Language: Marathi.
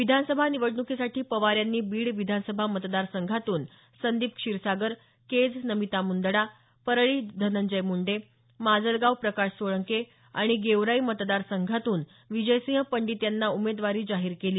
विधानसभा निवडण्कीसाठी पवार यांनी बीड विधानसभा मतदार संघातून संदीप क्षीरसागर केज नमिता मुंदडा परळी धनंजय मुंडे माजलगाव प्रकाश सोळंके आणि गेवराई मतदार संघातून विजयसिंह पंडीत यांना उमेदवारी जाहीर केली